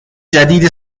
جدید